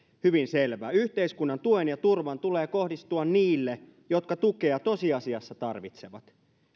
hyvin selvä yhteiskunnan tuen ja turvan tulee kohdistua niille jotka tukea tosiasiassa tarvitsevat